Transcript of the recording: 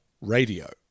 radio